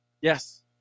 Yes